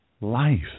life